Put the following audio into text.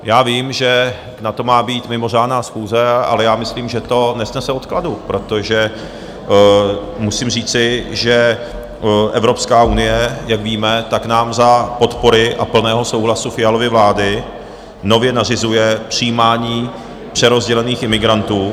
Já vím, že na to má být mimořádná schůze, ale já myslím, že to nesnese odkladu, protože musím říci, že Evropská unie, jak víme, tak nám za podpory a plného souhlasu Fialovy vlády nově nařizuje přijímání přerozdělených imigrantů...